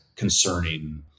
concerning